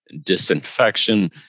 disinfection